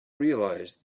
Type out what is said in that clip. realise